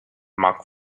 monk